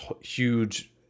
huge